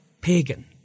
pagan